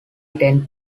tend